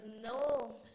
no